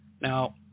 Now